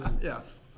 Yes